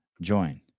Join